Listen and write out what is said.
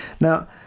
Now